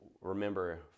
remember